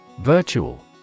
Virtual